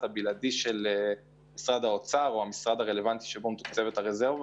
בלעדי של משרד האוצר או של המשרד שיש לו רזרבה,